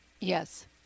Yes